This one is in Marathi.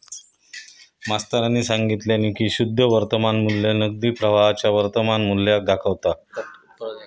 मास्तरानी सांगितल्यानी की शुद्ध वर्तमान मू्ल्य नगदी प्रवाहाच्या वर्तमान मुल्याक दाखवता